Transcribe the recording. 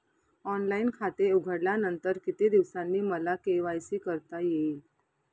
Online खाते उघडल्यानंतर किती दिवसांनी मला के.वाय.सी करता येईल?